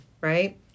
right